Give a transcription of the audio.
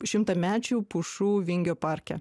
šimtamečių pušų vingio parke